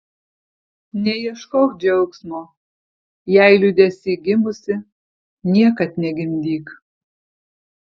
neieškok džiaugsmo jei liūdesy gimusi niekad negimdyk